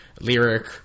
Lyric